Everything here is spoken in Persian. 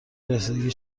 رسیدگی